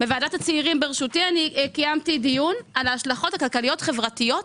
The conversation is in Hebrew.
בוועדת הצעירים בראשותי קיימתי דיון על ההשלכות הכלכליות החברתיות